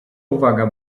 uwaga